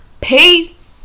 Peace